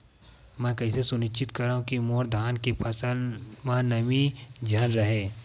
मैं कइसे सुनिश्चित करव कि मोर धान के फसल म नमी झन रहे?